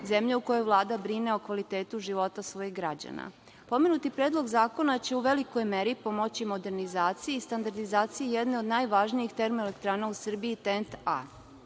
zemlja u kojoj Vlada brine o kvalitetu života svojih građana. Pomenuti Predlog zakona će u velikoj meri pomoći modernizaciji i standardizaciji jedne od najvažnijih termoelektrana u Srbiji TENT A.